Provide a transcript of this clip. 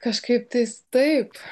kažkaiptais taip